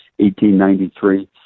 1893